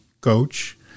coach